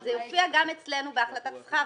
זה הופיע גם אצלנו בהחלטת שכר,